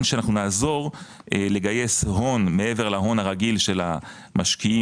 שנעזור לגייס הון מעבר להון הרגיל של המשקיעים